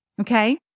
okay